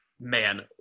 Man